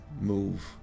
move